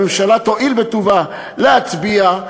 הממשלה תואיל בטובה להצביע,